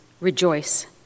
rejoice